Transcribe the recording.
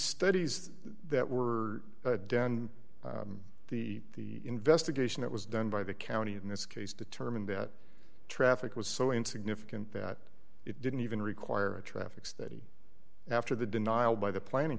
studies that were done the investigation that was done by the county in this case determined that traffic was so insignificant that it didn't even require a traffic study after the denial by the planning